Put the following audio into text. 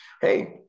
Hey